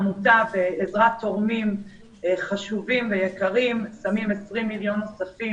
העמותה בעזרת תורמים חשובים ויקרים שמים 20 מיליון נוספים,